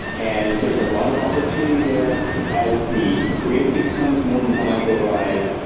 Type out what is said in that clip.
and there's a lot of opportunity there as the grid becomes more modularised,